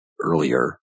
earlier